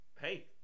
hey